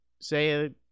say